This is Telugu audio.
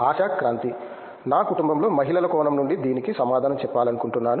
ఆశా క్రాంతి నా కుటుంబంలో మహిళల కోణం నుండి దీనికి సమాధానం చెప్పాలనుకుంటున్నాను